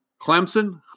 Clemson